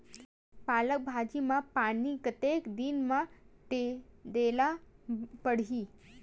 पालक भाजी म पानी कतेक दिन म देला पढ़ही?